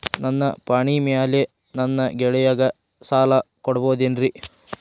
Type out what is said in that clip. ನನ್ನ ಪಾಣಿಮ್ಯಾಲೆ ನನ್ನ ಗೆಳೆಯಗ ಸಾಲ ಕೊಡಬಹುದೇನ್ರೇ?